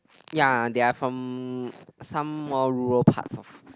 ya they are from some more rural part of